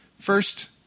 First